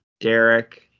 Derek